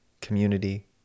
community